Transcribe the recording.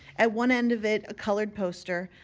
at one end of it a coloured poster,